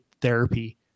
therapy